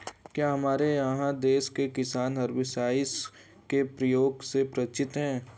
क्या हमारे देश के किसान हर्बिसाइड्स के प्रयोग से परिचित हैं?